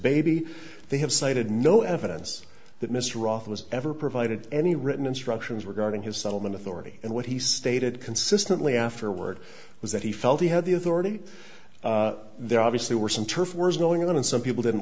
baby they have cited no evidence that mr roth was ever provided any written instructions were guarding his settlement authority and what he stated consistently afterward was that he felt he had the authority there obviously were some turf wars going on and some people didn't